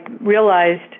realized